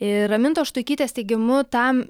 ir ramintos štuikytės teigimu tam